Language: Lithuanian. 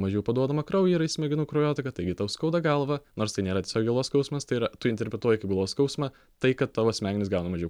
mažiau paduodama kraujo yra į smegenų kraujotaką taigi tau skauda galvą nors tai nėra galvos skausmas tai yra tu interpretuoji kaip galvos skausmą tai kad tavo smegenys gauna mažiau